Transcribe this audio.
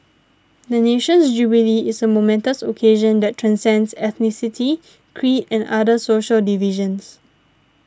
the nation's jubilee is a momentous occasion that transcends ethnicity creed and other social divisions